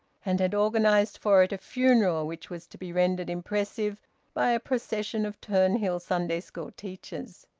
and had organised for it a funeral which was to be rendered impressive by a procession of turnhill sunday school teachers.